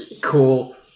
Cool